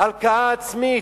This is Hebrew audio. הלקאה עצמית.